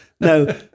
No